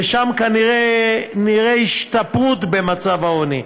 ושם כנראה נראה השתפרות במצב העוני.